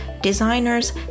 designers